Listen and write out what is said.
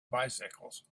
bicycles